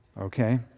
Okay